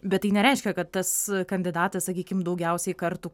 bet tai nereiškia kad tas kandidatas sakykim daugiausiai kartų